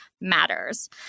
matters